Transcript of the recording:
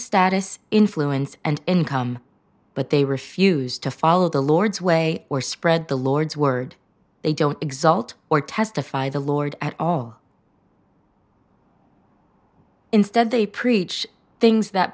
status influence and income but they refuse to follow the lord's way or spread the lord's word they don't exult or testify the lord at all instead they preach things that